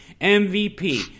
mvp